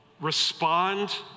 respond